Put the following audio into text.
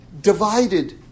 divided